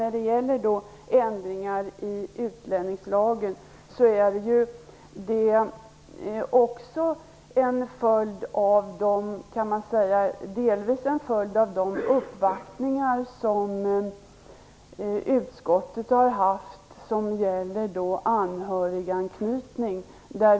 När det gäller ändringarna i utlänningslagen är de ju också delvis en följd av de uppvaktningar som utskottet har haft och som gäller anhöriganknytning.